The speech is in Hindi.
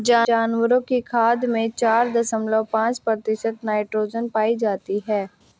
जानवरों की खाद में चार दशमलव पांच प्रतिशत नाइट्रोजन पाई जाती है